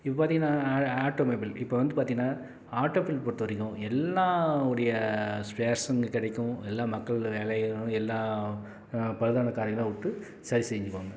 இப்போ பார்த்திங்கன்னா auto mobile இப்போ வந்து பார்த்திங்கன்னா ஆட்டோ ஃபீல்ட் பொறுத்த வரைக்கும் எல்லாருடைய ஃபேஷன் கிடைக்கும் எல்லா மக்கள் வேலையும் எல்லா பழுதான காரை எல்லாம் விட்டு சரி செஞ்சிக்குவாங்க